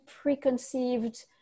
preconceived